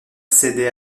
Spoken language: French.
cédait